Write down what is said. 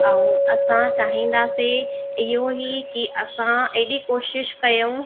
ऐं असां चाहींदासीं इहो ई कि असां अहिड़ी कोशिशि कयूं